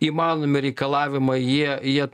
įmanomi reikalavimai jie jie